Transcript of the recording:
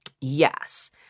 Yes